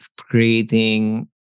creating